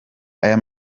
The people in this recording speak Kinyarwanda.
aya